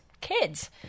kids